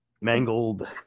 Mangled